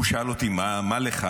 והוא שאל אותי: מה לך?